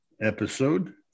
episode